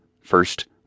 First